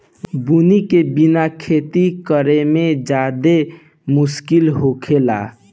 बुनी के बिना खेती करेमे ज्यादे मुस्किल होखेला